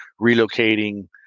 relocating